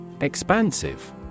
Expansive